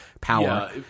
power